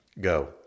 Go